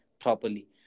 properly